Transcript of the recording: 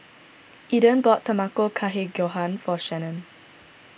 Eden bought Tamago Kake Gohan for Shanon